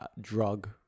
drug